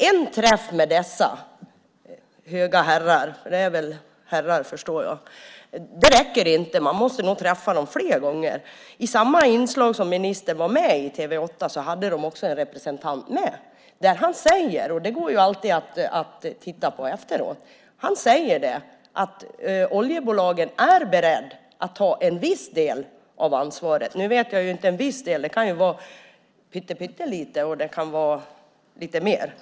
En träff med dessa höga herrar - det är väl herrar, förstår jag - räcker inte. Man måste nog träffa dem flera gånger. I samma inslag på TV 8 som ministern var med i fanns också en representant från ett oljebolag med, och det går att titta på efteråt. Där säger han att oljebolagen är beredda att ta en viss del av ansvaret. Nu vet jag inte vad det innebär, för en viss del kan ju vara pyttelite eller lite mer.